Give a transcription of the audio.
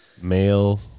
male